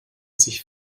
sich